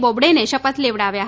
બોબડેને શપથ લેવડાવ્યા